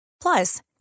Plus